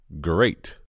Great